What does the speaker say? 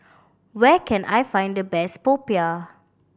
where can I find the best popiah